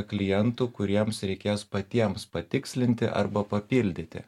klientų kuriems reikės patiems patikslinti arba papildyti